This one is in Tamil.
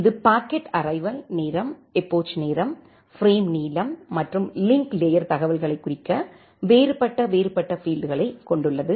இது பாக்கெட் அரைவல் நேரம் எபோச் நேரம் பிரேம் நீளம் மற்றும் லிங்க் லேயர் தகவலைக் குறிக்க வேறுபட்ட வேறுபட்ட பீல்ட்களைக் கொண்டுள்ளது